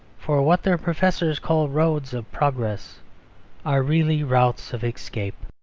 for what their professors call roads of progress are really routes of escape.